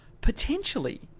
Potentially